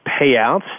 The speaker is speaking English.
payouts